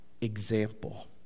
example